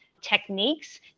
techniques